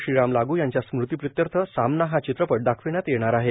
श्रीराम लागू यांच्या स्मृति प्रित्यर्थ सामना हा चित्रपट दाखविण्यात येणार आहे